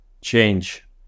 change